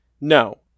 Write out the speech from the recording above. No